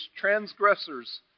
transgressors